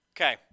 Okay